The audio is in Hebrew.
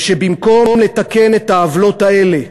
ושבמקום לתקן את העוולות האלה,